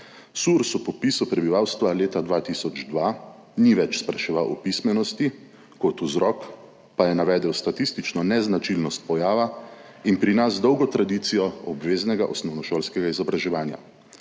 SURS ob popisu prebivalstva leta 2002 ni več spraševal o pismenosti, kot vzrok pa je navedel statistično neznačilnost pojava in pri nas dolgo tradicijo obveznega osnovnošolskega izobraževanja.